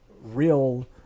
real